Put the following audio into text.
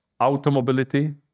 automobility